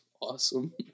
awesome